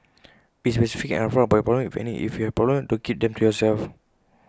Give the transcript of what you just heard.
be specific and upfront about your problems if any if you have problems don't keep them to yourself